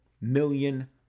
million